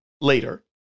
later